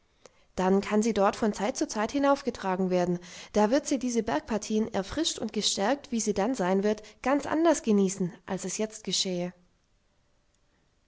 dann kann sie dort von zeit zu zeit hinaufgetragen werden da wird sie diese bergpartien erfrischt und gestärkt wie sie dann sein wird ganz anders genießen als es jetzt geschähe